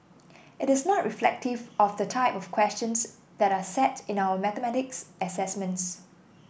it is not reflective of the type of questions that are set in our mathematics assessments